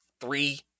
three